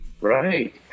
Right